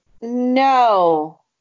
No